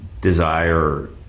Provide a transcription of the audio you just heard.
desire